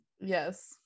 Yes